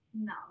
No